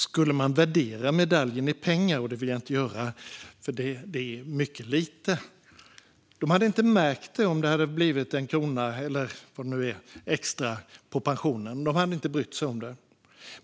Skulle man värdera medaljen i pengar, vilket jag inte vill göra då det är mycket lite, hade de inte märkt om det blivit en krona eller vad det nu är extra på pensionen. De hade inte brytt sig om det.